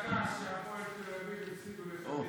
הכנסת לוין, הפסידו לחדרה.